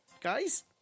guys